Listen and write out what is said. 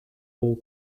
all